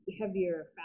heavier